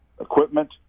equipment